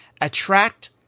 attract